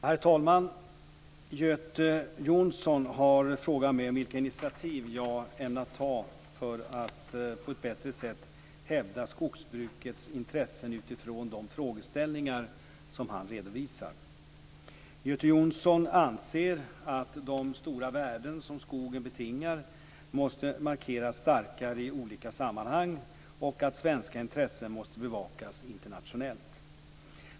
Herr talman! Göte Jonsson har frågat mig om vilka initiativ jag ämnar ta för att på ett bättre sätt hävda skogsbrukets intressen utifrån de frågeställningar som han redovisar. Göte Jonsson anser att de stora värden som skogen betingar måste markeras starkare i olika sammanhang och att svenska intressen måste bevakas internationellt.